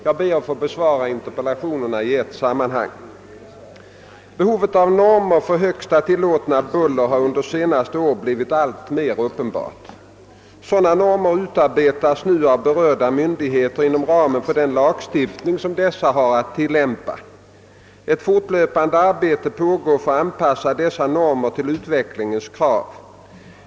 Jag ber att få besvara interpellationerna i ett sammanhang. Behovet av normer för högsta tilllåtna buller har under senare år blivit alltmer uppenbart. Sådana normer utarbetas nu av berörda myndigheter inom ramen för den lagstiftning som dessa har att tillämpa. Ett fortlöpande arbete pågår för att anpassa dessa normer till utvecklingens krav.